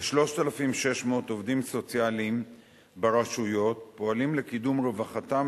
כ-3,600 עובדים סוציאליים ברשויות פועלים לקידום רווחתם